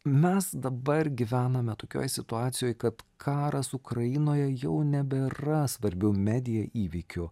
mes dabar gyvename tokioj situacijoj kad karas ukrainoje jau nebėra svarbiu mediaįvykiu